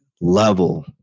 level